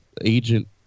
Agent